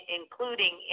including